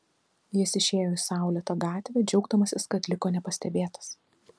jis išėjo į saulėtą gatvę džiaugdamasis kad liko nepastebėtas